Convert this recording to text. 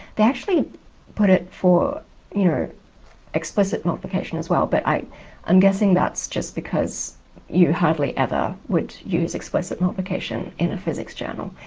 they actually put it for you know explicit multiplication as well but i i'm guessing that's just because you hardly ever would use explicit multiplication in a physics journal,